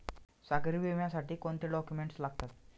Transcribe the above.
सागरी विम्यासाठी कोणते डॉक्युमेंट्स लागतात?